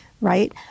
Right